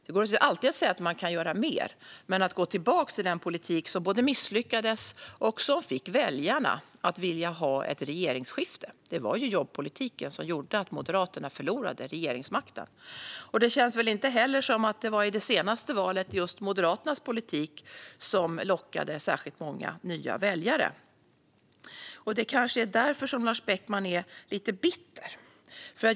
Det går alltid att säga att man kan göra mer, men det handlar inte om att gå tillbaka till den politik som både misslyckades och fick väljarna att vilja ha ett regeringsskifte. Det var ju jobbpolitiken som gjorde att Moderaterna förlorade regeringsmakten. Det känns väl inte heller som att det i det senaste valet var just Moderaternas politik som lockade särskilt många nya väljare. Det kanske är därför som Lars Beckman är lite bitter.